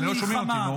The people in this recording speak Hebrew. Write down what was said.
לא שומעים אותי.